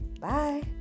Bye